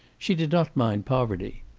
she did not mind poverty.